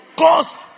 Cause